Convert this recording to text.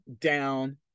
down